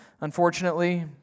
unfortunately